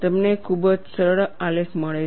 તમને ખૂબ જ સરળ આલેખ મળે છે